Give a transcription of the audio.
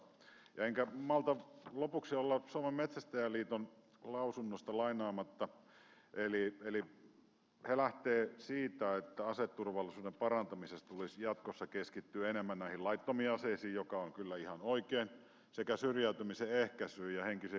enkä malta lopuksi olla suomen metsästäjäliiton lausunnosta lainaamatta eli he lähtevät siitä että aseturvallisuuden parantamisessa tulisi jatkossa keskittyä enemmän näihin laittomiin aseisiin mikä on kyllä ihan oikein sekä syrjäytymisen ehkäisyyn ja henkisen hyvinvoinnin edistämiseen